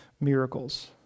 miracles